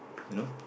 you know